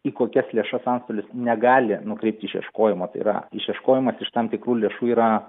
į kokias lėšas antstolis negali nukreipti išieškojimo tai yra išieškojimas iš tam tikrų lėšų yra